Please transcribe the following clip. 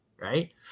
right